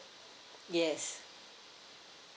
yes